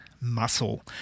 muscle